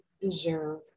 deserve